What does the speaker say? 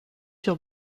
sur